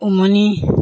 উমনি